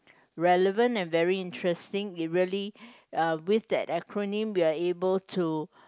relevant and very interesting it really uh with that acronym we are able to